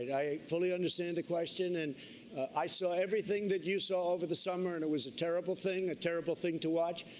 i fully understand the question. and i saw everything that you saw over the summer and it was a terrible thing, a terrible thing to watch.